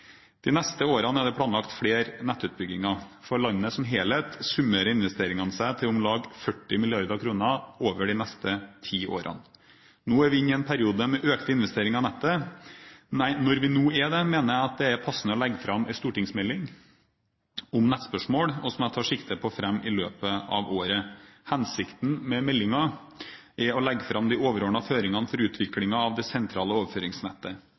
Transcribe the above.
De neste årene er det planlagt flere nettutbygginger. For landet som helhet summerer investeringene seg til om lag 40 mrd. kr de neste ti årene. Når vi nå er inne i en periode med økte investeringer i nettet, mener jeg at det er passende å legge fram en stortingsmelding om nettspørsmål, og som jeg tar sikte på å fremme i løpet av året. Hensikten med meldingen er å legge fram de overordnede føringene for utviklingen av det sentrale overføringsnettet.